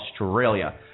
Australia